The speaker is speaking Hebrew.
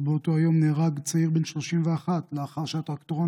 עוד באותו היום נהרג צעיר בן 31 לאחר שהטרקטורון